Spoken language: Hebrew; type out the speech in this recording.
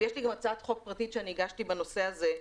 ויש לי גם הצעת חוק פרטית שהגשתי בנושא הזה,